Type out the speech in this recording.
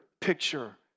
picture